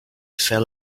fell